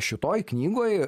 šitoje knygoje